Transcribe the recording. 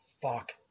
fuck